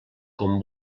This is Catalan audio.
com